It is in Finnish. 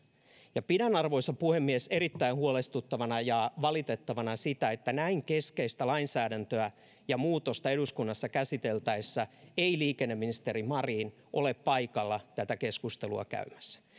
ja pidän arvoisa puhemies erittäin huolestuttavana ja valitettavana sitä että näin keskeistä lainsäädäntöä ja muutosta eduskunnassa käsiteltäessä ei liikenneministeri marin ole paikalla tätä keskustelua käymässä